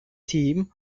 theme